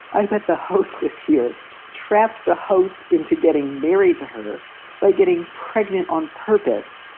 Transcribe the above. i bet the hostess here trapped the host into getting married to her by getting pregnant on purpose,